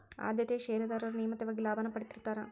ಆದ್ಯತೆಯ ಷೇರದಾರರು ನಿಯಮಿತವಾಗಿ ಲಾಭಾನ ಪಡೇತಿರ್ತ್ತಾರಾ